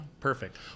perfect